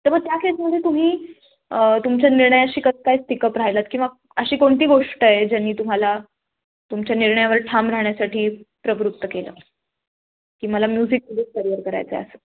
तर मग त्या केसमध्ये तुम्ही तुमच्या निर्णयाशी कसे काय पिकअप राहिलात किंवा अशी कोणती गोष्ट आहे ज्यांनी तुम्हाला तुमच्या निर्णयावर ठाम राहण्यासाठी प्रवृत्त केलं की मला म्युझिकमध्येच करिअर करायचं आहे असं